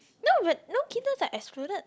no but no kittens are excluded